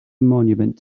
monument